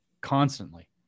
constantly